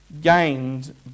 gained